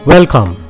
Welcome